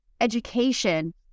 education